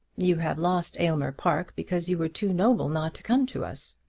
you have lost aylmer park because you were too noble not to come to us.